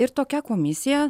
ir tokia komisija